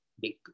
big